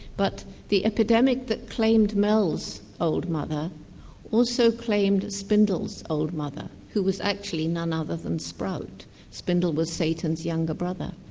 but the epidemic that claimed mel's old mother also claimed spindle's old mother who was actually none other than sprout spindle was satan's older ah brother.